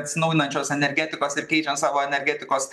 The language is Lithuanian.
atsinaujinančios energetikos ir keičiant savo energetikos